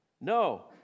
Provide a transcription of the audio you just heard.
no